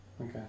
Okay